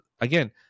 again